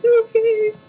okay